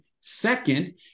Second